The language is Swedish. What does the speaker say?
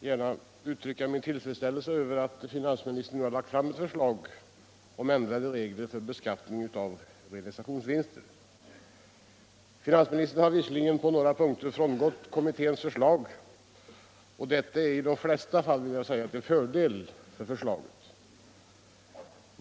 gärna uttrycka min tillfredsställelse över att finansministern nu har lagt fram ett förslag om ändrade regler för beskattning av realisationsvinster. Finansministern har på några punkter frångått kommitténs förslag, och detta är i de flesta fall, det vill jag säga, till fördel för förslaget.